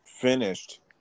finished